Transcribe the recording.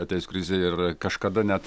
atėjus krizei ir kažkada net